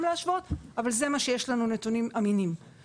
להשוות אבל אלה הנתונים האמינים שיש לנו.